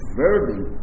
verbing